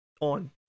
on